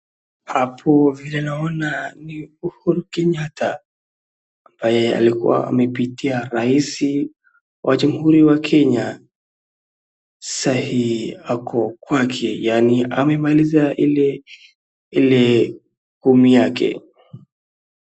Hapo unavyoona ni Uhuru Kenyatta, ambaye alikuwa amepitia Rais wa Jamhuri ya Kenya. Sasa yuko kwake, yaani amemalizia ile ile kumi yake.